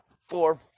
four